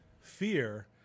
fear